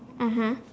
mmhmm